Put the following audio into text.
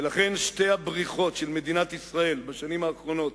ולכן שתי הבריחות של מדינת ישראל בשנים האחרונות,